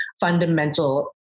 fundamental